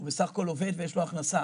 הוא בסך הכול עובד ויש לו הכנסה,